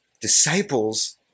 disciples